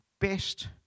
Best